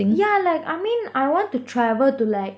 yeah like I mean I want to travel to like